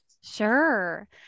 sure